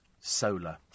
Solar